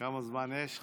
כמה זמן יש לי?